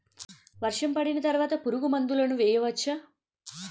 వర్షం పడిన తర్వాత పురుగు మందులను వేయచ్చా?